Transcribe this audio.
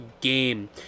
game